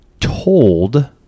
told